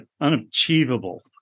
unachievable